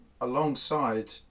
alongside